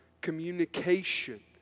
Communication